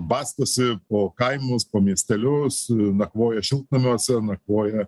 bastosi po kaimus po miestelius nakvoja šiltnamiuose nakvoja